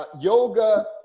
Yoga